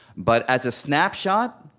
but as a snapshot,